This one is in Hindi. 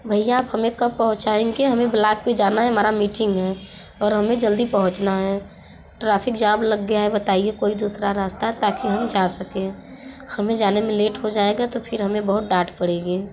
भैया आप हमें कब पहुंचाएंगे हमें ब्लाक पर जाना है हमारी मीटिंग हैं और हमें जल्दी पहुंचना है ट्राफिक जाम लग गया है बताइए कोई दूसरा रास्ता है ताकि हम जा सकें हमें जाने में लेट हो जाएगा तो फिर हमें बहुत डांट पड़ेगी